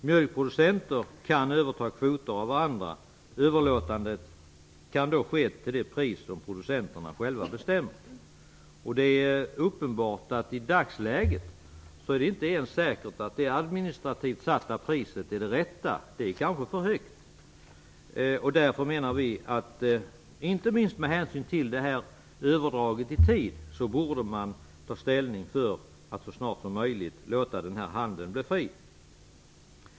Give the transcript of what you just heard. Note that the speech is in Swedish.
Mjölkproducenter kan överta kvoter av varandra. Överlåtandet kan då ske till det pris som producenterna själva bestämmer. Det är uppenbart att det i dagsläget inte ens är säkert att det administrativt satta priset är det rätta, utan det kanske är för högt. Inte minst med hänsyn till det försenade beskedet om mjölkkvoten borde man ta ställning för att så snart som möjligt låta denna handel bli fri.